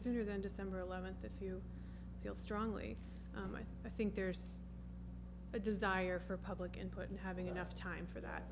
sooner than december eleventh a few feel strongly and i think there's a desire for public input and having enough time for that